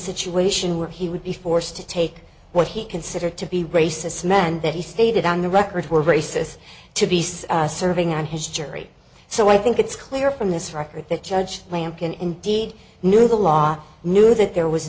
situation where he would be forced to take what he considered to be racists men that he stated on the record were racist to beasts serving on his jury so i think it's clear from this record that judge lampkin indeed knew the law knew that there was